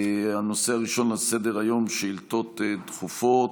הנושא הראשון על סדר-היום, שאילתות דחופות.